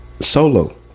Solo